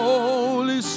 Holy